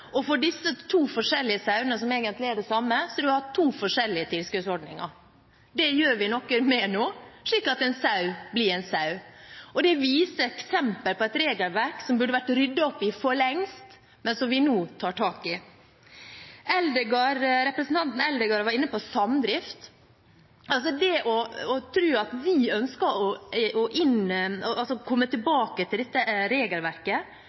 og for disse sauene, som egentlig er de samme, har man hatt to forskjellige tilskuddsordninger. Det gjør vi noe med nå, slik at en sau blir en sau. Det er eksempel på et regelverk som burde ha vært ryddet opp i for lengst, men som vi nå tar tak i. Representanten Eldegard var inne på samdrift. Det å tro at vi ønsker å